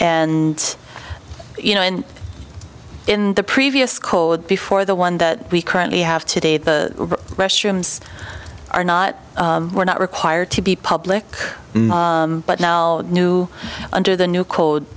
and you know and in the previous code before the one that we currently have today the restrooms are not were not required to be public but now new under the new code